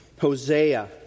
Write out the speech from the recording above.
Hosea